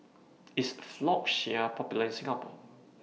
IS Floxia Popular in Singapore